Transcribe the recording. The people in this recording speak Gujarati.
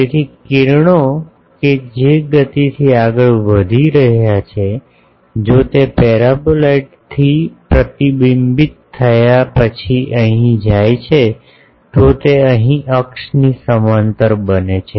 તેથી કિરણો કે જે ગતિથી આગળ વધી રહી છે જો તે પેરાબોલાઇડ થી પ્રતિબિંબિત થયા પછી અહીં જાય છે તો તે અહીં અક્ષની સમાંતર બને છે